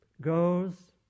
goes